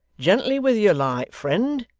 gently with your light, friend.